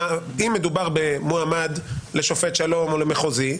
אם מדובר במועמד לשופט שלום או למחוזי,